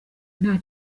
nta